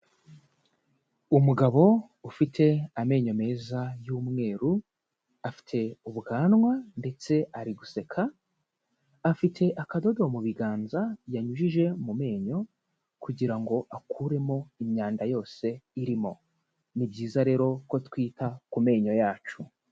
Umugabo ufite amenyo meza y'umweru, afite ubwanwa ndetse ari guseka, afite akadodo mu biganza yanyujije mu menyo kugira ngo akuremo imyanda yose irimo. Ni byiza rero ko twita ku menyo yacu.